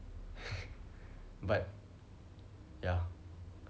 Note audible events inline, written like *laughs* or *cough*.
*laughs* but ya